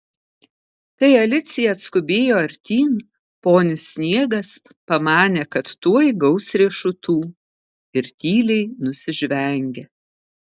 kai alicija atskubėjo artyn ponis sniegas pamanė kad tuoj gaus riešutų ir tyliai nusižvengė